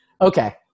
Okay